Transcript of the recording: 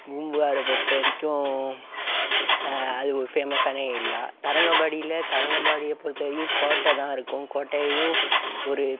பூம்புகாரை பொறுத்த வரைக்கும் அது ஒரு ஃபேமஸான ஏரியா தரங்கம்பாடியில் தரங்கம்பாடியை பொறுத்த வரைக்கும் கோட்டை தான் இருக்கும் கோட்டையும் ஒரு